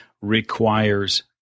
requires